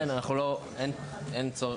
כן, אין צורך.